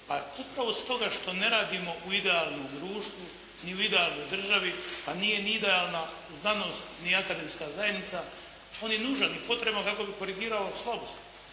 A upravo stoga što ne radimo u idealnom društvu ni u idealnoj državi, a nije ni idealna znanost ni akademska zajednica on je nužan i potreban kako bi korigirao slabosti.